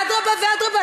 אדרבה ואדרבה.